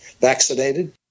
vaccinated